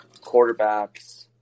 quarterbacks